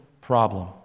problem